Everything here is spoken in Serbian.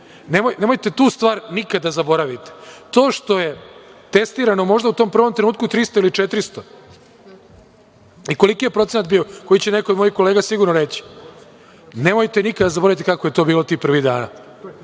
Nemojte tu stvar nikada da zaboravite. To što je testirao možda u tom prvom trenutku 300 ili 400 i koliki je procenat bio, koji će neko od mojih kolega sigurno reći, nemojte nikada da zaboravite kako je to bilo tih prvih dana.